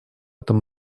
этом